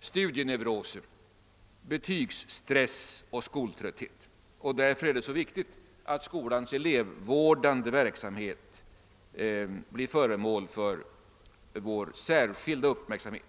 studieneuroser, betygsstress och skoltrötthet, och därför är det så viktigt att skolans elevvårdande verksamhet blir föremål för särskild uppmärksamhet.